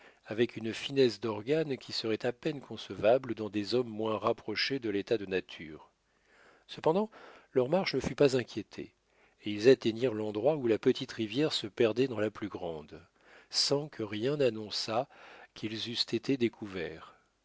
avec une finesse d'organe qui serait à peine concevable dans des hommes moins rapprochés de l'état de nature cependant leur marche ne fut pas inquiétée et ils atteignirent l'endroit où la petite rivière se perdait dans la plus grande sans que rien annonçât qu'ils eussent été découverts